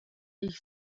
ich